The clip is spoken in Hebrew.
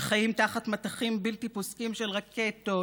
שחיים תחת מטחים בלתי פוסקים של רקטות,